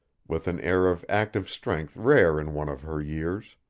with an air of active strength rare in one of her years.